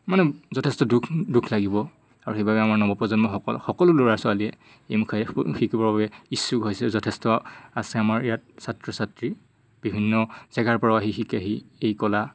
মানে যথেষ্ট দুখ দুখ লাগিব আৰু সেইবাবে আমাৰ নৱপ্ৰজন্মসকল সকলো ল'ৰা ছোৱালীয়ে এইমুখে শিকিবৰ বাবে ইচ্ছুক হৈছে যথেষ্ট আছে আমাৰ ইয়াত ছাত্ৰ ছাত্ৰী বিভিন্ন জেগাৰ পৰা আহিও শিকেহি এই কলা